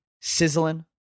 sizzling